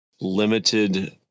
limited